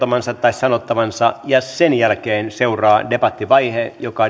sanottavansa ja sen jälkeen seuraa debattivaihe joka